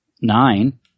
nine